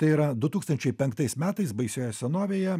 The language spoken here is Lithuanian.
tai yra du tūkstančiai penktais metais baisioje senovėje